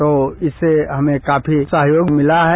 और इससे हमें काफी सहयोग मिला है